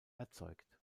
erzeugt